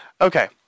Okay